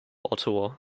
ottawa